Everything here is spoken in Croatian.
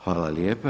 Hvala lijepa.